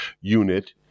unit